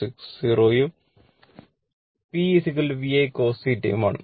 60 ഉം PVI cos θ ഉം ആണ്